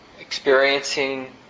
experiencing